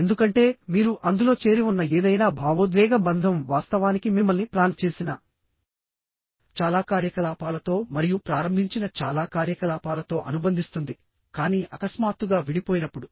ఎందుకంటే మీరు అందులో చేరి ఉన్న ఏదైనా భావోద్వేగ బంధం వాస్తవానికి మిమ్మల్ని ప్లాన్ చేసిన చాలా కార్యకలాపాలతో మరియు ప్రారంభించిన చాలా కార్యకలాపాలతో అనుబంధిస్తుంది కానీ అకస్మాత్తుగా విడిపోయినప్పుడు